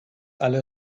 alle